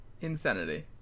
Insanity